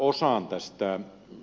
herra puhemies